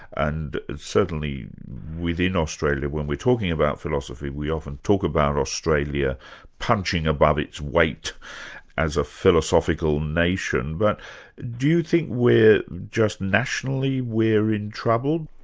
and certainly within australia when we're talking about philosophy, we often talk about australia punching above its weight as a philosophical nation, but do you think we're just nationally we're in trouble?